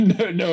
No